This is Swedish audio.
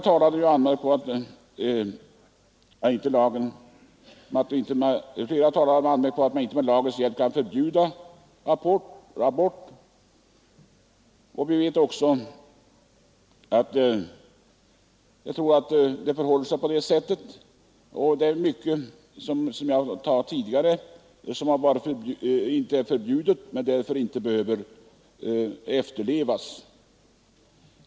Flera talare har anmärkt på att man med lagens hjälp inte kan förbjuda abort. Jag tror att det förhåller sig på det sättet. Som jag sade tidigare finns det mycket som inte är förbjudet men som man fördenskull inte tvingas göra.